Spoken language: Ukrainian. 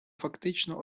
фактично